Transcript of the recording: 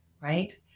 right